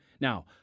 Now